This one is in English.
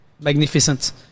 magnificent